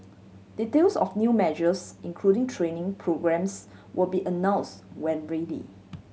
details of new measures including training programmes will be announce when ready